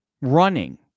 running